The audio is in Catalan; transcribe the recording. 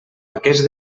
aquest